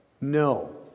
No